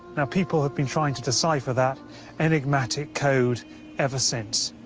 now people have been trying to decipher that enigmatic code ever since,